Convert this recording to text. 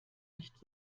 nicht